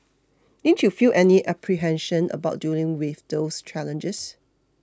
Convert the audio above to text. didn't you feel any apprehension about dealing with those challenges